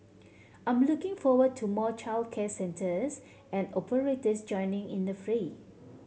I'm looking forward to more childcare centres and operators joining in the fray